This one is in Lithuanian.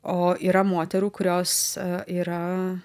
o yra moterų kurios yra